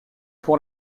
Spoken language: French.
pour